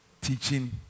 teaching